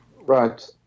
right